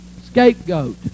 scapegoat